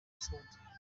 isanzwe